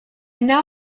now